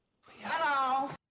Hello